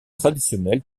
traditionnels